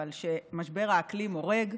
שמשבר האקלים הורג,